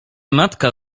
matka